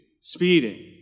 speeding